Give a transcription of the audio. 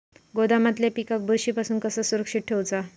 गोदामातल्या पिकाक बुरशी पासून कसा सुरक्षित ठेऊचा?